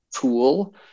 tool